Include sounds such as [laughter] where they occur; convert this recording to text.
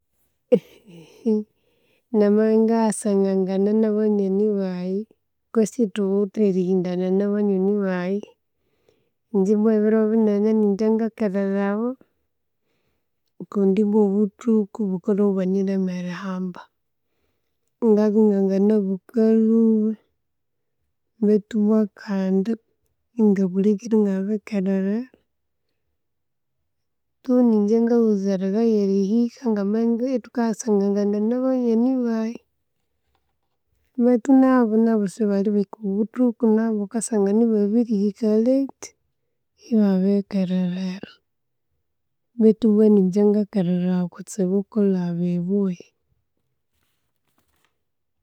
[laughs] Namabya iningayasangasanga na'abnywani baghe kwesi ithuwithe erihindana nab'anywani bahge, ingye ibwa ebiro binene ningye ngakererawa kundibwa obuthuku bukalwa ibwanyirema erihamba. Ngabya inganga'nabukha lhuba, beithu bwa kandi ingabulhikira ingabirikerererwa. Thuu ningye ngaghunzererayo erihika ngamabya ethukayasangangana na'abanywani baghe. Beithu nabo nabo'sibalibika obuthuku, nabo ghukasangana ebabirihika leeti, ebabiri kerererwa, beithu bwa ningye ngahika leeti kutsibu kulaba iboo.